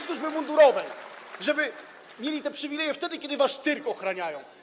służby mundurowej, żeby mieli te przywileje wtedy, kiedy wasz cyrk ochraniają.